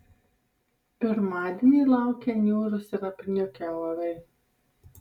pirmadienį laukia niūrūs ir apniukę orai